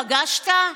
פגשת?